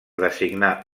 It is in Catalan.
designar